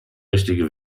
richtige